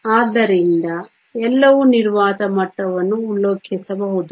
ಆದ್ದರಿಂದ ಎಲ್ಲವೂ ನಿರ್ವಾತ ಮಟ್ಟವನ್ನು ಉಲ್ಲೇಖಿಸಬಹುದು